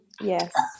Yes